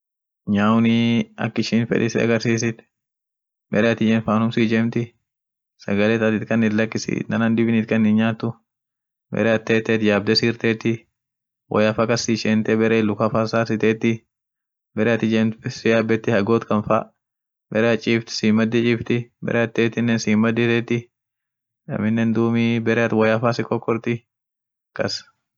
nyaunii ak ishin fedi sidagrsisit bere at ijemt fanum siijemti sagale ta atin itkanit lakisi na-namdibin it kan hin' nyaatu bare at teetet yaabde sirteti, woya fa kas si ishente bere luqa fa sar siteti, bare at ijemt siyabeti hagood kan fa bare at chift simmadi chifti, bare at teetinen simmadi teeti aminen duumi bereati woya fa si qoqorti akas.